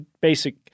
basic